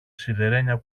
σιδερένια